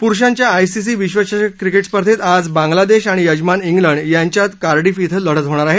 पुरुषांच्या आयसीसी विश्वचषक क्रिकेट स्पर्धेत आज बांगलादेश आणि यजमान कांड यांच्यात कार्डिफ क्रि लढत होणार आहे